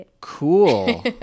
cool